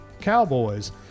cowboys